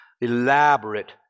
elaborate